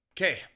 Okay